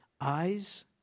Eyes